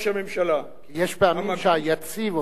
יש פעמים שהיציב הופך להיות אמת.